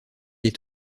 est